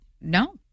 no